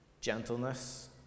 gentleness